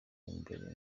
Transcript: imbere